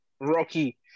Rocky